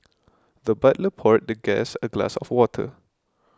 the butler poured the guest a glass of water